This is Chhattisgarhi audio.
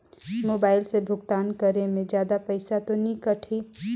मोबाइल से भुगतान करे मे जादा पईसा तो नि कटही?